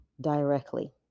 directly